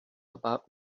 about